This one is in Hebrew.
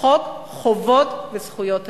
חוק חובות וזכויות התלמיד.